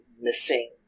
missing